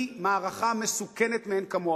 היא מערכה מסוכנת מאין כמוה.